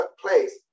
place